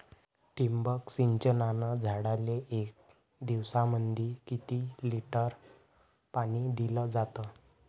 ठिबक सिंचनानं झाडाले एक दिवसामंदी किती लिटर पाणी दिलं जातं?